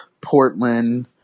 Portland